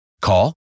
Call